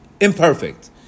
imperfect